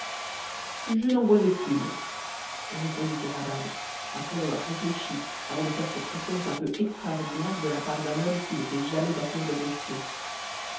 n'en vois aucune répondit kéraban après avoir réfléchi avant de faire cette réponse un peu extraordinaire de la part d'un homme qui n'était jamais à court d'objections